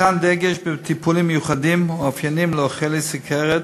מתן דגש בטיפולים מיוחדים האופייניים לחולי סוכרת,